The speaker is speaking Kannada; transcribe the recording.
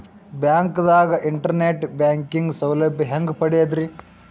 ಬ್ಯಾಂಕ್ದಾಗ ಇಂಟರ್ನೆಟ್ ಬ್ಯಾಂಕಿಂಗ್ ಸೌಲಭ್ಯ ಹೆಂಗ್ ಪಡಿಯದ್ರಿ?